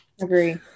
Agree